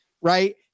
right